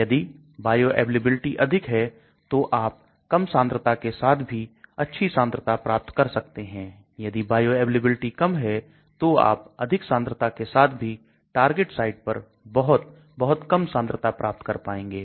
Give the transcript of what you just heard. यदि बायोअवेलेबिलिटी अधिक है तो आप कम सांद्रता के साथ भी अच्छा सांद्रता प्राप्त कर सकते हैं यदि बायोअवेलेबिलिटी कम है तो आप अधिक सांद्रता के साथ भी टारगेट साइट पर बहुत बहुत कम सांद्रता प्राप्त कर पाएंगे